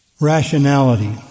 rationality